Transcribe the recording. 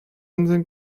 inseln